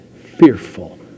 fearful